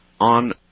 on